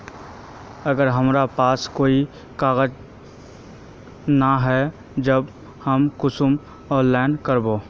अगर हमरा पास कोई कागजात नय है तब हम कुंसम ऑनलाइन करबे?